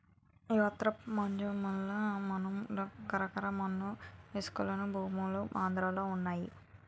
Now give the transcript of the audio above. యెర్ర మన్ను నల్ల మన్ను కంకర మన్ను ఇసకమన్ను భూములు ఆంధ్రలో వున్నయి